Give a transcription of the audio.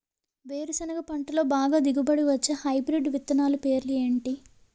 వేరుసెనగ పంటలో బాగా దిగుబడి వచ్చే హైబ్రిడ్ విత్తనాలు పేర్లు ఏంటి?